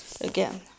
again